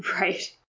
Right